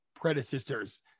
predecessors